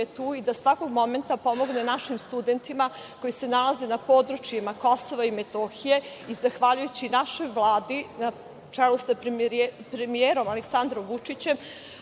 tu da svakog momenta pomogne našim studentima koji se nalaze na području KiM i zahvaljujući našoj Vladi na čelu sa premijerom Aleksandrom Vučićem